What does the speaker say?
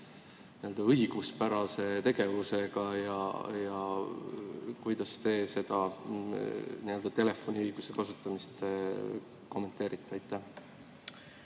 õiguspärase tegevusega, ja kuidas te seda telefoniõiguse kasutamist kommenteerite? Aitäh,